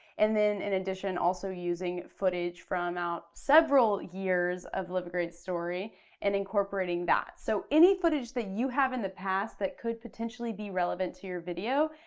and then in addition also using footage from about several years of live a great story and incorporating that. so any footage that you have in the past that could potentially be relevant to your video,